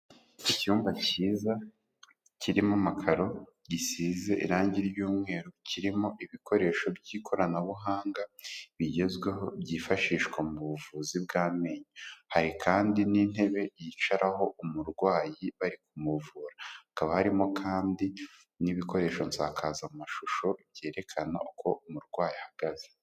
Icyumba cyiza kirimo amakaro gisize irangi ry'umweru kirimo ibikoresho by'ikoranabuhanga bigezweho byifashishwa mu buvuzi bw'amenyo. Hari kandi n'intebe yicaraho umurwayi bari kumuvura, hakaba harimo kandi n'ibikoresho nsakazamashusho byerekana uko umurwayi ahagaze.